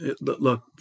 Look